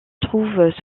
trouve